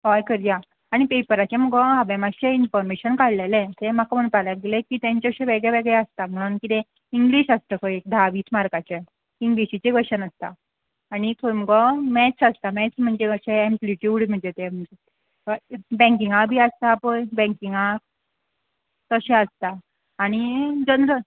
हय करया आनी पेपराचें मुगो हांवें मातशें इन्फोर्मेशन काडलेले तें म्हाका म्हणपा लागले की तेंचे अशें वेगळे वेगळे आसता म्हणून किदें इंग्लीश आसता खंय धा वीस मार्काचें इंग्लिशीचें क्वेशन आसता आनी थंय मुगो मॅथ्स आसता मॅथ्स म्हणजे अशें एम्पलिट्यूड म्हणजे ते बँकिंगा बी आसता पय बँकिंगाक तशें आसता आनी जनरल